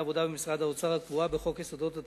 העבודה במשרד האוצר הקבועה בחוק יסודות התקציב,